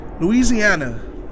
Louisiana